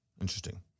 Interesting